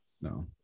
no